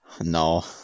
no